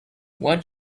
what